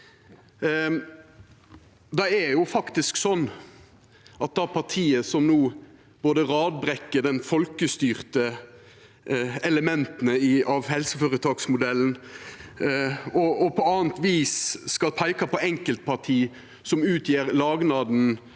Det er faktisk slik at det partiet som no både radbrekker dei folkestyrte elementa av helseføretaksmodellen og på anna vis peikar på enkeltparti som utgjer lagnaden